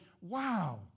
wow